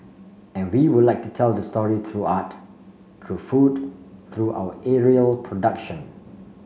and we would like to tell the story through art through food through our aerial production